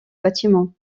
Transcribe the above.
bâtiment